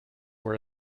were